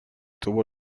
tuvo